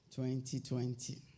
2020